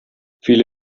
viele